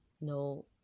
No